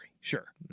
Sure